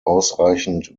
ausreichend